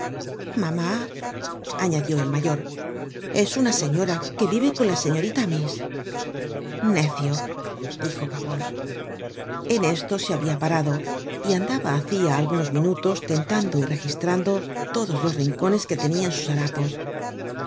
mamá añadió el mayor es una señora que vive con la señorita miss necio dijo gavroche en esto se habia parado y andaba hacia algunos minutos tentando y registrando todos los rincones que tenia en sus harapos